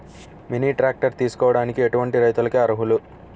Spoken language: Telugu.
మినీ ట్రాక్టర్ తీసుకోవడానికి ఎటువంటి రైతులకి అర్హులు?